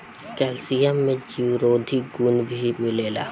calcium में जीवरोधी गुण भी मिलेला